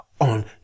on